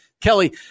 Kelly